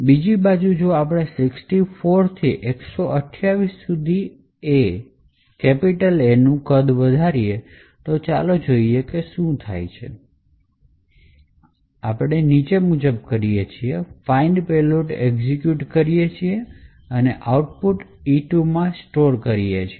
બીજી બાજુ જો આપણે 64 થી 128 સુધી A નું કદ વધારીએ તો ચાલો જોઈએ કે શું થશે અમે આ નીચે મુજબ કરીએ છીએ find payload એક્ઝિક્યુટ કરીએ અને આઉટપુટ E2 માં સ્ટોર કરીએ